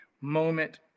moment